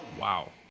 Wow